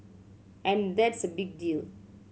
and that's a big deal